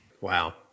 Wow